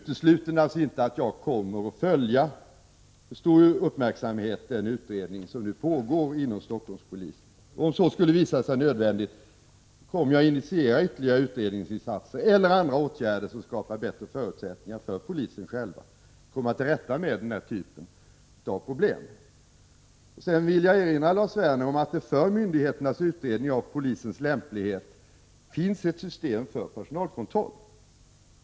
Det utesluter inte att jag med största uppmärksamhet kommer att följa den utredning som nu pågår inom Stockholmspolisen. Om så visar sig nödvändigt kommer jag att initiera ytterligare utredningsinsatser eller andra åtgärder som skapar bättre förutsättningar för polisen själv att komma till rätta med denna typ av problem. Sedan vill jag erinra Lars Werner om att det för myndigheternas utredning om polisens lämplighet finns ett system för personalkontroll.